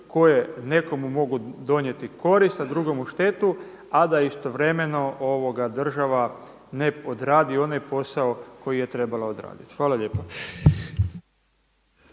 koje nekomu mogu donijeti korist, a drugomu štetu, a da istovremeno država ne odradi onaj posao koji je trebala odraditi? Hvala lijepa.